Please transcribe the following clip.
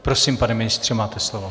Prosím, pane ministře, máte slovo.